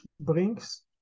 brings